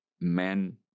men